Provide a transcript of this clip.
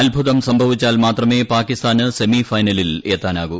അത്ഭുതം സംഭവിച്ചാൽ മാത്രമേ പാകിസ്ഥാന് സെമി ഫൈനലിൽ എത്താനാകൂ